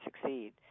succeed